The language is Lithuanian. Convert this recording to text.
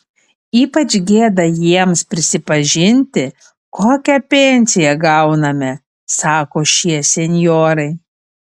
ypač gėda jiems prisipažinti kokią pensiją gauname sako šie senjorai